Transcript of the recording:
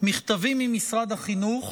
מכתבים ממשרד החינוך